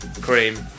Cream